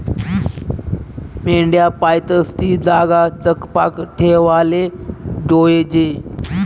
मेंढ्या पायतस ती जागा चकपाक ठेवाले जोयजे